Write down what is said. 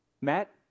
Matt